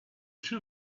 two